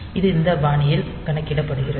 இது இந்த பாணியில் கணக்கிடப்படுகிறது